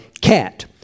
cat